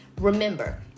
Remember